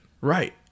right